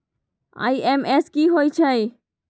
IMPS की होईछइ?